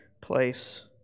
place